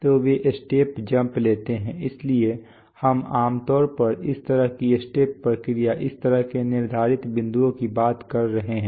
तो वे step jump लेते हैं इसलिए हम आम तौर पर इस तरह की स्टेप प्रतिक्रिया इस तरह के निर्धारित बिंदुओं की बात कर रहे हैं